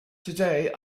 today